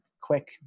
quick